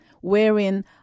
wherein